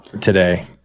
today